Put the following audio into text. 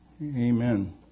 Amen